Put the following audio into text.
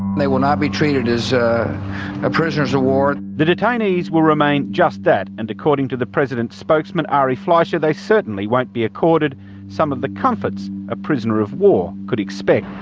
they will not be treated as ah ah prisoners-of-war. the detainees will remain just that, and according to the president's spokesman, ari fleischer, they certainly won't be accorded some of the comforts a prisoner-of-war could expect.